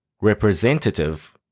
Representative